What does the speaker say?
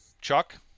Chuck